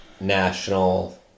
national